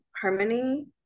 Harmony